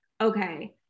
okay